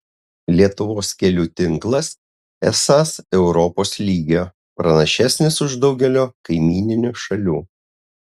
lietuvos kelių tinklas esąs europos lygio pranašesnis už daugelio kaimyninių šalių